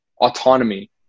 autonomy